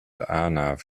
arnav